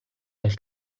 del